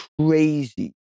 crazy